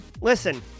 Listen